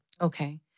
Okay